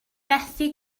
methu